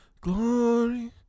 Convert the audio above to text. glory